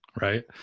Right